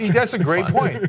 that's a great point.